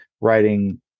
writing